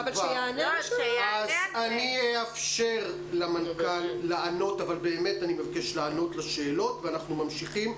אני אאפשר למנכ"ל לענות ואנחנו ממשיכים.